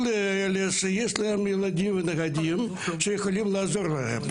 טוב שיש להם ילדים ונכדים שיכולים לעזור להם,